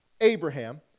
Abraham